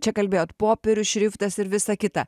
čia kalbėjot popierius šriftas ir visa kita